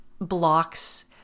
blocks